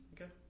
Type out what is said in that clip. Okay